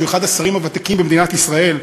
שהוא אחד השרים הוותיקים במדינת ישראל,